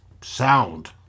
sound